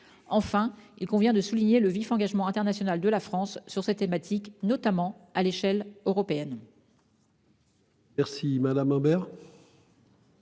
Enfin, il convient de souligner le vif engagement international de la France sur ces thématiques, notamment à l'échelle européenne.